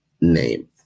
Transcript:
name